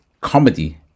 comedy